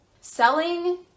Selling